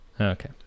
Okay